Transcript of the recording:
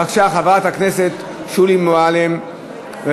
בבקשה, חברת הכנסת שולי מועלם-רפאלי.